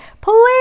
Please